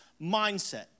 mindset